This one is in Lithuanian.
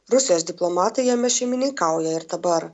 rusijos diplomatai jame šeimininkauja ir dabar